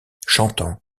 chantant